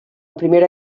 primera